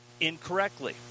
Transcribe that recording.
incorrectly